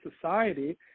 society